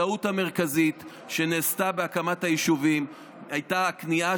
הטעות המרכזית שנעשתה בהקמת היישובים הייתה הכניעה,